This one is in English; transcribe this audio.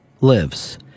lives